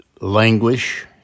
languish